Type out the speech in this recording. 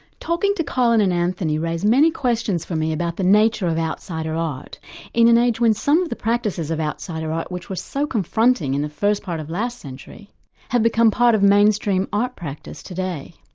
talking to colin and anthony raised many questions for me about the nature of outsider art in an age when some of the practices of outsider art which were so confronting in the first part of last century have become part of mainstream art practice today.